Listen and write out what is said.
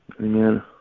Amen